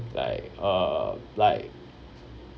like uh like